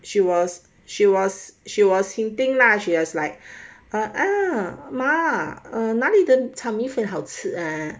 she was she was she was eating lah she was like ah ma ah 那里的炒米粉好吃啊